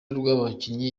rw’abakinnyi